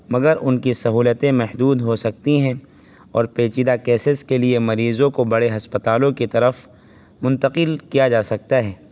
مگر ان کی سہولتیں محدود ہو سکتی ہیں اور پیچیدہ کیسز کے لیے مریضوں کو بڑے ہسپتالوں کی طرف منتقل کیا جا سکتا ہے